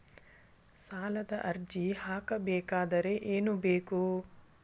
ಸಾಲದ ಅರ್ಜಿ ಹಾಕಬೇಕಾದರೆ ಏನು ಬೇಕು?